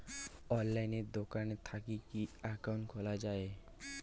অনলাইনে দোকান থাকি কি একাউন্ট খুলা যায়?